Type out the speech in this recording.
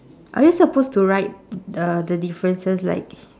are you supposed to write uh the differences like